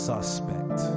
Suspect